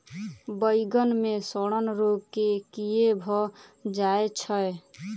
बइगन मे सड़न रोग केँ कीए भऽ जाय छै?